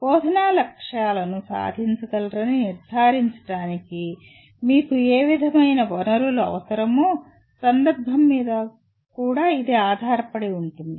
బోధనా లక్ష్యాలను సాధించగలరని నిర్ధారించడానికి మీకు ఏ విధమైన వనరులు అవసరమో సందర్భం మీద కూడా ఇది ఆధారపడి ఉంటుంది